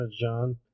John